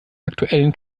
aktuellen